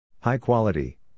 High-quality